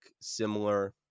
similar